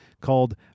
called